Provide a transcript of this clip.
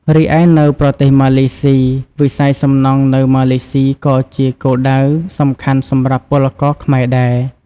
រីឯនៅប្រទេសម៉ាឡេស៊ី វិស័យសំណង់នៅម៉ាឡេស៊ីក៏ជាគោលដៅសំខាន់សម្រាប់ពលករខ្មែរដែរ ។